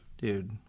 dude